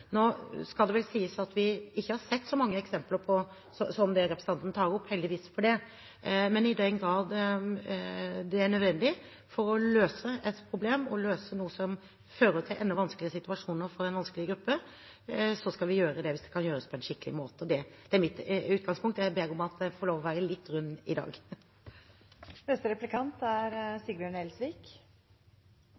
Nå skal det vel sies at vi ikke har sett så mange eksempler på det som representanten tar opp, og heldigvis for det, men i den grad det er nødvendig for å løse et problem og løse noe som fører til en vanskelig situasjon for en vanskeligstilt gruppe, skal vi gjøre det, og det skal gjøres på en skikkelig måte. Det er mitt utgangspunkt. – Jeg ber om at jeg får lov til å være litt rund i dag. Det er